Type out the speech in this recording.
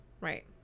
Right